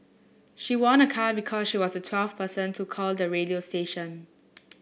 she won a car because she was the twelfth person to call the radio station